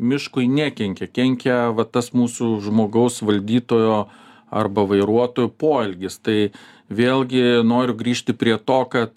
miškui nekenkia kenkia va tas mūsų žmogaus valdytojo arba vairuotojo poelgis tai vėlgi noriu grįžti prie to kad